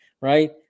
Right